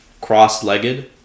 cross-legged